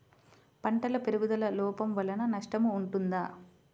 పంటల పెరుగుదల లోపం వలన నష్టము ఉంటుందా?